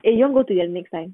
eh you want go to your next time